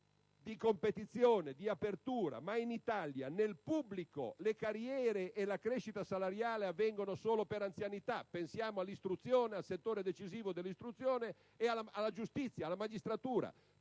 di competizione e di apertura, ma in Italia, nel settore pubblico, le carriere e la crescita salariale avvengono solo per anzianità. Pensiamo al settore decisivo dell'istruzione e a quello della giustizia, alla magistratura: